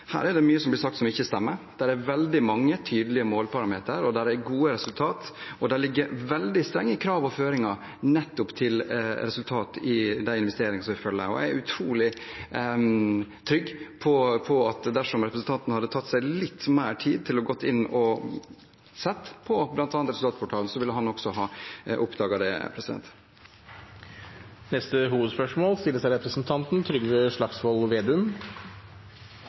mye som blir sagt, som ikke stemmer. Det er veldig mange tydelige måleparametre, og det er gode resultat, og det ligger veldig strenge krav og føringer nettopp til resultat i de investeringene vi følger. Jeg er utrolig trygg på at dersom representanten hadde tatt seg litt mer tid til å gå inn og se på bl.a. resultatportalen, ville han også ha oppdaget det. Vi går over til neste hovedspørsmål. Folk i nord har blitt oversett, overprøvd og overkjørt av